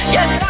Yes